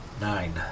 Nine